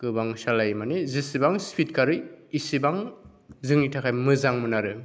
गोबां सालायो माने जेसेबां स्पिड खारो एसेबां जोंनि थाखाय मोजां मोन आरो